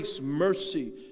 mercy